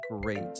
great